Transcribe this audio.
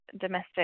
domestic